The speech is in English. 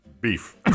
beef